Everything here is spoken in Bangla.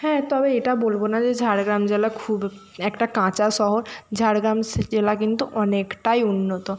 হ্যাঁ তবে এটা বলবো না যে ঝাড়গ্রাম জেলা খুব একটা কাঁচা শহর ঝাড়গ্রাম জেলা কিন্তু অনেকটাই উন্নত